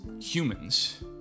humans